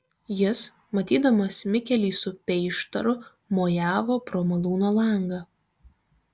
jis matydamas mikelį su peištaru mojavo pro malūno langą